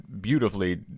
beautifully